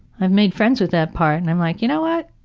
i made friends with that part and i'm like, you know what?